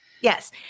Yes